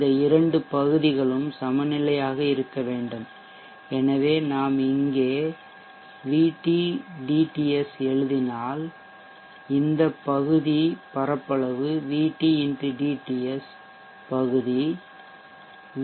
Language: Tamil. இந்த இரண்டு பகுதிகளும் சமநிலையாக இருக்க வேண்டும் எனவே நாம் இங்கே VT dTS எழுதினால்இந்த பகுதி பரப்பளவு VT X dTS பகுதி வி